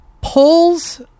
polls